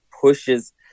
pushes